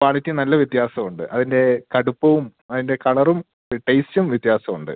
quality നല്ല വ്യത്യാസം ഉണ്ട് അതിൻ്റെ കടുപ്പവും അതിൻ്റെ കളറും ഒരു ടേസ്റ്റും വ്യത്യാസം ഉണ്ട്